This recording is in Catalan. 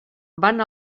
van